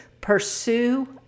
Pursue